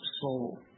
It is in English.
soul